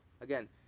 Again